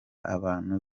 abantu